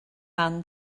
man